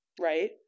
right